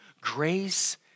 Grace